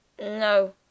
No